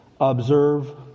observe